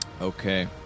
Okay